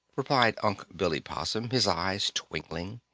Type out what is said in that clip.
replied unc' billy possum, his eyes twinkling.